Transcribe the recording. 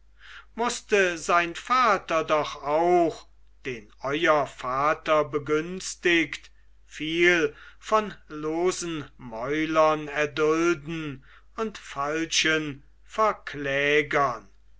mußte sein vater doch auch den euer vater begünstigt viel von losen mäulern erdulden und falschen